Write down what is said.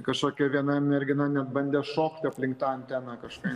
kažkokia viena mergina net bandė šokti aplink tą anteną kažkaip